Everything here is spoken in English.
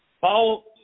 Paul